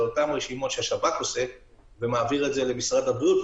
זה אותן רשימות שהשב"כ עושה ומעביר למשרד הבריאות,